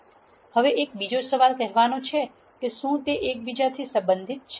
હવે એક બીજો સવાલ કહેવાનો છે કે શું તે એક બીજાથી સંબંધિત છે